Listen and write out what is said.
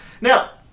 Now